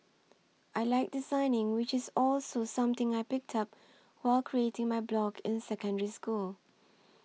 I like designing which is also something I picked up while creating my blog in Secondary School